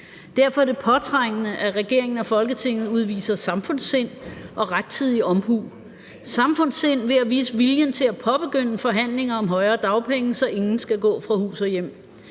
Derfor er det påtrængende, at regeringen og Folketinget udviser samfundssind og rettidig omhu: samfundssind ved at vise viljen til at påbegynde forhandlinger om højere dagpenge, så ingen skal gå fra hus og hjem;